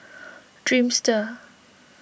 Dreamster